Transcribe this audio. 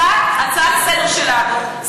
הצעה לסדר-היום שלנו,